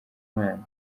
mwana